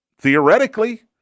Theoretically